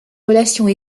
relations